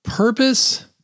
Purpose